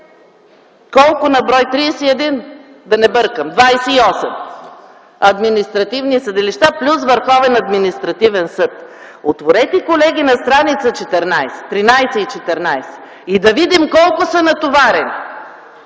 колко на брой – 31 ли, да не греша - 28 административни съдилища плюс Върховен административен съд. Отворете, колеги, на страници 13 и 14, за да видим колко са натоварени.